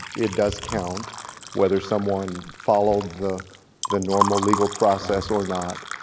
it does count whether someone followed the the normal legal process or not,